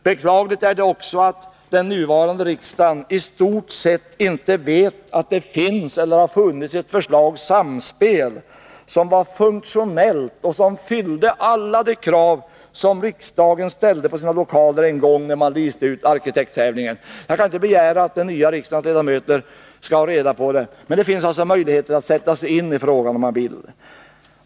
Beklagligt är också att den nuvarande riksdagen i stort sett inte vet att det finns eller har funnits ett förslag, ”Samspel”, som var funktionellt och som fyllde alla de krav som riksdagen ställde på sina lokaler en gång när man utlyste arkitekttävlingen. Jag kan inte begära att nya riksdagsledamöter skall ha reda på det, men det finns möjligheter att sätta sig in i frågan för den som vill det.